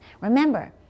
Remember